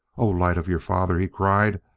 o light of your father he cried,